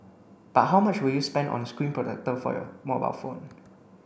but how much would you spend on a screen protector for your mobile phone